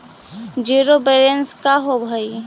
Zero balance का होव हइ?